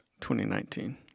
2019